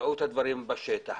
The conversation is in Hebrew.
ראו את הדברים בשטח,